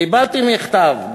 קיבלתי מכתב,